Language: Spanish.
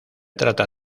trata